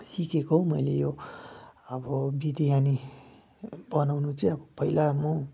सिकेको मैले यो अब बिर्यानी बनाउनु चाहिँ अब पहिला म